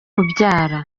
kubyara